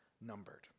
numbered